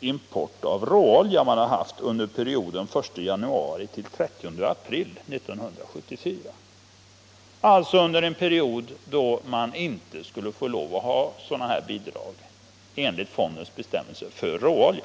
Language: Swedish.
import av råolja under perioden 1 januari-30 april 1974, alltså under en period som bidraget enligt fondens bestämmelser inte kunde avse.